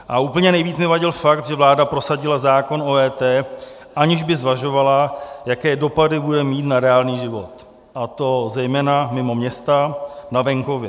A úplně nejvíc mi vadil fakt, že vláda prosadila zákon o EET, aniž by zvažovala, jaké dopady bude mít na reálný život, a to zejména mimo města na venkově.